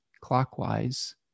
clockwise